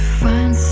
find